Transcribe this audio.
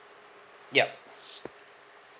yup